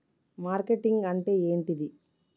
Marketing అంటే ఏంటిది?